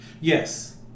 Yes